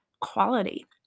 quality